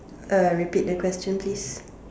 uh repeat the question please